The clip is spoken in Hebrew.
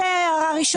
זו הערה ראשונה.